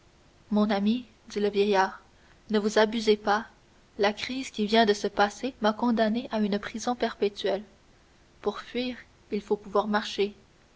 mon ami dit le vieillard ne vous abusez pas la crise qui vient de se passer m'a condamné à une prison perpétuelle pour fuir il faut pouvoir marcher